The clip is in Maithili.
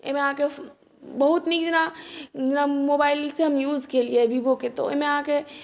एहिमे अहाँकेँ बहुत नीक जेना मोबाइल से हम यूज केलियै विवोके तऽ ओहिमे अहाँकेँ